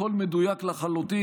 הכול מדויק לחלוטין.